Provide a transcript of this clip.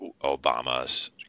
Obama's